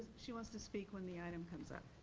she wants to speak when the item comes up.